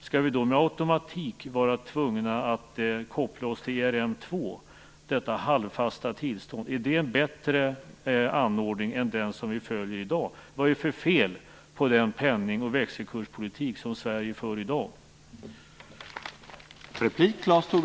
Skall vi då med automatik vara tvungna att koppla oss till ERM 2, detta halvfasta tillstånd? Är det en bättre ordning än den vi följer i dag? Vad är det för fel på den penning och växelkurspolitik som Sverige för i dag?